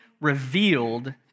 revealed